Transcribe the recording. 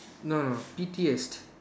no no pettiest